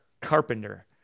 carpenter